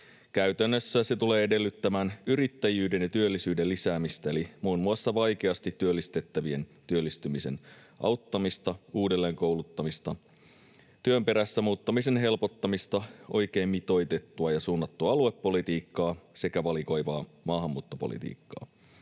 Käytännössä se tulee edellyttämään yrittäjyyden ja työllisyyden lisäämistä eli muun muassa vaikeasti työllistettävien työllistymisessä auttamista, uudelleenkouluttamista, työn perässä muuttamisen helpottamista, oikein mitoitettua ja suunnattu aluepolitiikkaa sekä valikoivaa maahanmuuttopolitiikkaa.